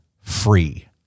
free